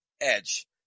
edge